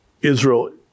Israel